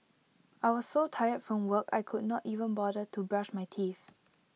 I was so tired from work I could not even bother to brush my teeth